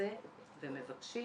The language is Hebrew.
והם מבקשים